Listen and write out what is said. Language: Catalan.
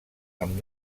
amb